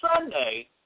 Sunday